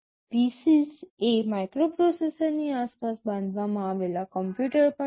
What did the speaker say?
PC's એ માઇક્રોપ્રોસેસરની આસપાસ બાંધવામાં આવેલા કમ્પ્યુટર પણ છે